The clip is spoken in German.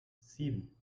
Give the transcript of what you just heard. sieben